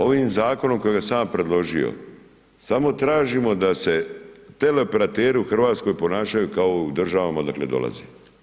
Ovim zakonom kojega sam ja predložio samo tražimo da se teleoperateri u Hrvatskoj ponašaju kao u državama odakle dolaze.